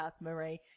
Marie